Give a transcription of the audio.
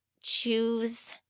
choose